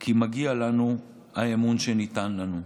כי מגיע לנו האמון שניתן לנו.